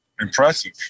Impressive